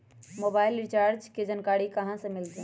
Mobile recharge के जानकारी कहा से मिलतै?